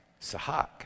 Sahak